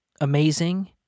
amazing